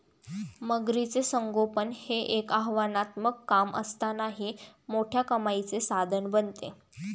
मगरीचे संगोपन हे एक आव्हानात्मक काम असतानाही मोठ्या कमाईचे साधन बनते